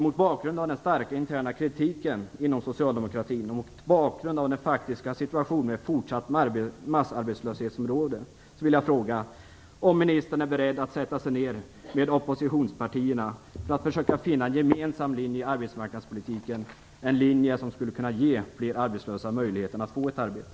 Mot bakgrund av den starka interna kritiken inom socialdemokratin och den faktiska situationen med fortsatt massarbetslöshet vill jag fråga om ministern är beredd att sätta sig ner med oppositionspartierna för att försöka finna en gemensam linje i arbetsmarknadspolitiken, en linje som skulle kunna ge fler arbetslösa möjlighet att få ett arbete.